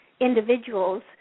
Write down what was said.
individuals